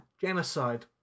genocide